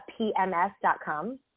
PMS.com